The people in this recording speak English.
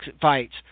fights